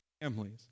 families